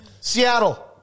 Seattle